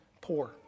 poor